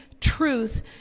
truth